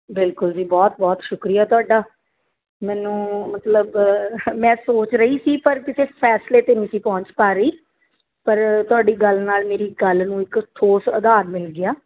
ਬਿਲਕੁਲ ਜੀ ਬਹੁਤ ਬਹੁਤ ਸ਼ੁਕਰੀਆ ਤੁਹਾਡਾ ਮੈਨੂੰ ਮਤਲਬ ਮੈਂ ਸੋਚ ਰਹੀ ਸੀ ਪਰ ਕਿਸੇ ਫੈਸਲੇ 'ਤੇ ਨਹੀਂ ਸੀ ਪਹੁੰਚ ਪਾ ਰਹੀ ਪਰ ਤੁਹਾਡੀ ਗੱਲ ਨਾਲ ਮੇਰੀ ਗੱਲ ਨੂੰ ਇੱਕ ਠੋਸ ਆਧਾਰ ਮਿਲ ਗਿਆ